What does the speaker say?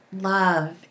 love